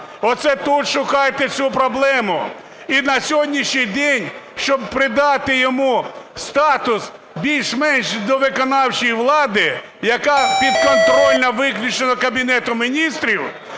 оце тут шукайте цю проблему. І на сьогоднішній день, щоб придати йому статус більш-менш до виконавчої влади, яка підконтрольна виключно Кабінету Міністрів,